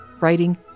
writing